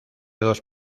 dos